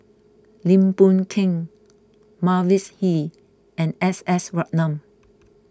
Lim Boon Keng Mavis Hee and S S Ratnam